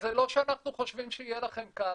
זה לא שאנחנו חושבים שיהיה לכם קל.